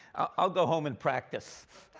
i'll go home and practice.